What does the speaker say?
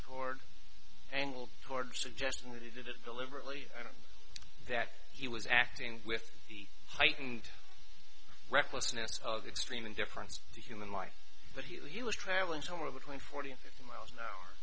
toward angle towards suggesting that he did it deliberately that he was acting with the heightened recklessness of extreme indifference to human life but he was traveling somewhere between forty and fifty miles an hour